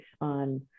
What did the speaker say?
on